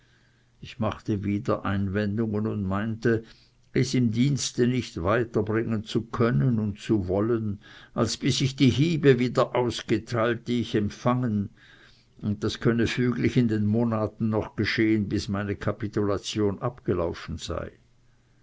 ich machte wieder einwendungen und meinte es im dienste nicht weiter bringen zu können und zu wollen als bis ich die hiebe wieder ausgeteilt die ich empfangen und das könne füglich in den monaten noch geschehen die ich laut kapitulation noch zu